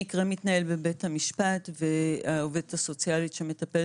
המקרה מתנהל בבית המשפט והעובדת הסוציאלית שמטפלת